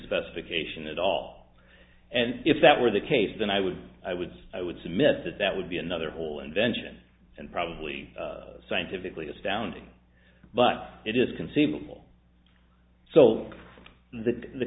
specification at all and if that were the case then i would i would i would submit that that would be another whole invention and probably scientifically astounding but it is conceivable so th